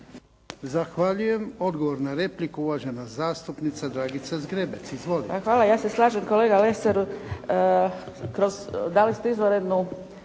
Zahvaljujem. Odgovor na repliku, uvažena zastupnica Dragica Zgrebec. Izvolite.